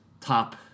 top